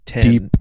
deep